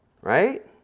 right